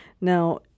Now